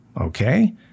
okay